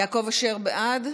יעקב אשר, בעד,